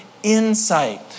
insight